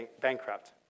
bankrupt